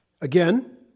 Again